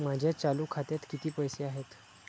माझ्या चालू खात्यात किती पैसे आहेत?